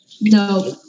no